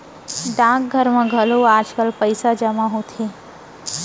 डाकघर म घलौ आजकाल पइसा जमा होथे